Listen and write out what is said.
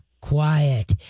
quiet